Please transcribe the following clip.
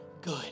good